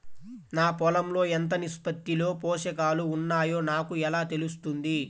నా పొలం లో ఎంత నిష్పత్తిలో పోషకాలు వున్నాయో నాకు ఎలా తెలుస్తుంది?